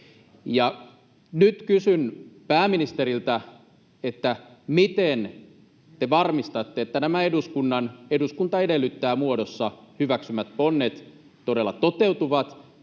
Nyt kysyn pääministeriltä: Miten te varmistatte, että nämä eduskunnan ”eduskunta edellyttää” ‑muodossa hyväksymät ponnet todella toteutuvat?